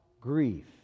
grief